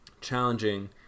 challenging